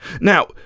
Now